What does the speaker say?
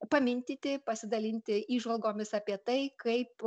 pamintyti pasidalinti įžvalgomis apie tai kaip